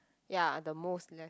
ya the most left